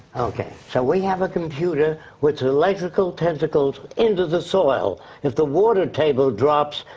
ok, so we have a computer with electrical tentacles into the soil. if the water table drops,